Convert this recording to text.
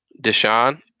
Deshaun